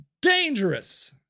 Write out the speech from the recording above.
dangerous